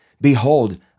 Behold